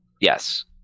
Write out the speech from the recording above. Yes